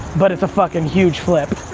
but it's a fucking huge flip.